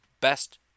best